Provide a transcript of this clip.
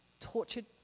tortured